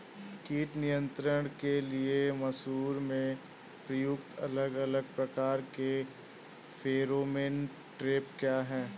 कीट नियंत्रण के लिए मसूर में प्रयुक्त अलग अलग प्रकार के फेरोमोन ट्रैप क्या है?